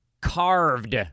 carved